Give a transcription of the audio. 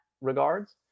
regards